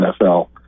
NFL